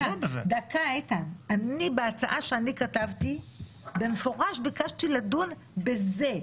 בהצעה שכתבתי ביקשתי במפורש לדון בזה,